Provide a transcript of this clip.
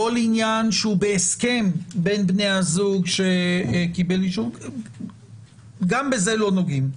כל עניין שהוא בהסכם בין בני הזוג שקיבל גם בזה לא נוגעים.